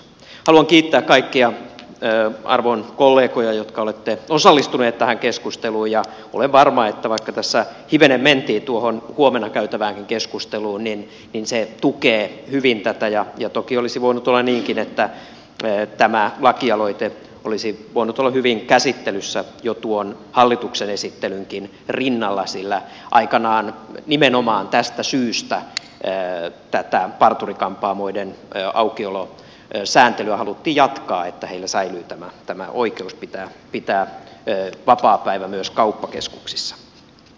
haluan kiittää kaikkia arvon kollegoja jotka olette osallistuneet tähän keskusteluun ja olen varma että vaikka tässä hivenen mentiin tuohon huomenna käytävään keskusteluunkin se tukee hyvin tätä ja toki olisi voinut hyvin olla niinkin että tämä lakialoite olisi ollut käsittelyssä jo tuon hallituksen esityksenkin rinnalla sillä aikanaan nimenomaan tästä syystä tätä parturi kampaamoiden aukiolosääntelyä haluttiin jatkaa niin että heillä säilyi tämä oikeus pitää vapaapäivä myös kauppakeskuksissa